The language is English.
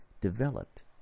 developed